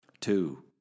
Two